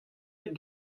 aet